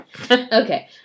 Okay